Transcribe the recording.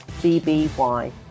BBY